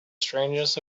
strangeness